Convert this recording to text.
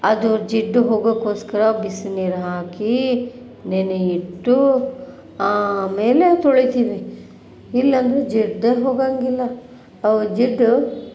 ಅದು ಜಿಡ್ಡು ಹೋಗೋಕ್ಕೋಸ್ಕರ ಬಿಸಿ ನೀರು ಹಾಕಿ ನೆನೆ ಇಟ್ಟು ಆಮೇಲೆ ತೊಳಿತೀವಿ ಇಲ್ಲಾಂದ್ರೆ ಜಿಡ್ಡೆ ಹೋಗೋಂಗಿಲ್ಲ ಅವು ಜಿಡ್ಡು